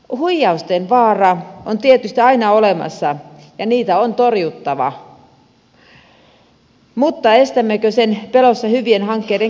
huijausten vaara on tietysti aina olemassa ja niitä on torjuttava mutta estämmekö niiden pelossa hyvien hankkeiden kehittämisen